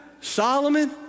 Solomon